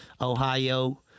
Ohio